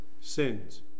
Sins